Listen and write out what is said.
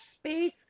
space